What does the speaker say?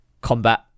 combat